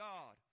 God